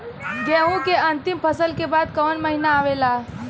गेहूँ के अंतिम फसल के बाद कवन महीना आवेला?